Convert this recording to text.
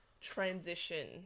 transition